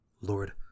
Lord